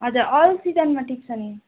हजुर अल सिजनमा टिप्छ नि